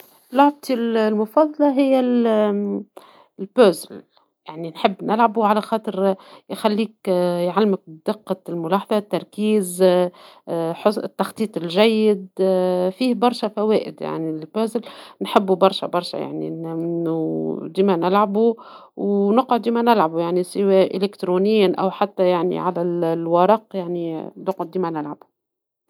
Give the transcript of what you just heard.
لعبتي المفضلة هي ألعاب الورق ، يعني نحب نلعبوا على خاطر يخليك يعلمك دقة الملاحظة التركيز التخطيط الجيد فيه برشا فوائد يعني ، نحبوا برشا برشا يعني ديما نلعبوا ونقعد ديما نلعبوا يعني سواءا الكترونيا أو على الورق يعني نقعد ديما نلعبو